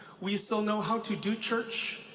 we still know how to do church,